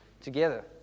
together